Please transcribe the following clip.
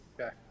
Okay